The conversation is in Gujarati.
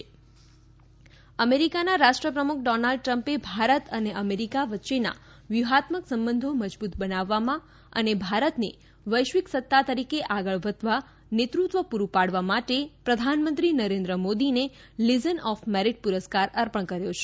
મોદી પુરસ્કાર અમેરિકાના રાષ્ટ્રપ્રમુખ ડોનાલ્ડ ટ્રમ્પે ભારત અને અમેરિકા વચ્ચેના વ્યુહાત્મક સંબંધો મજબુત બનાવવામાં અને ભારતને વૈશ્વિક સત્તા તરીકે આગળ વધવા નેતૃત્વ પુરૂ પાડવા માટે પ્રધાનમંત્રી નરેન્દ્ર મોદીને લીઝન ઓફ મેરીટ પુરસ્કાર અર્પણ કર્યો છે